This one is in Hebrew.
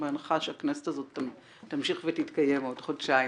בהנחה שהכנסת הזאת תמשיך ותתקיים עוד חודשיים,